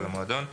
במועדון";